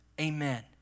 Amen